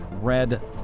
red